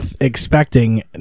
expecting